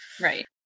Right